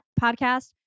podcast